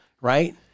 Right